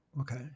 Okay